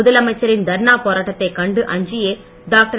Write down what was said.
முதலமைச்சரின் தரணா போராட்டத்தைக் கண்டு அஞ்சியே டாக்டர்